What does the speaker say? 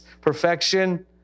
perfection